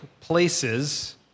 places